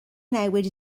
newid